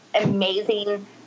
amazing